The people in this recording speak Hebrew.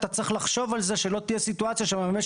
אתה צריך לחשוב על זה שלא תהיה סיטואציה שהמממש